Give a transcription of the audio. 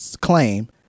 claim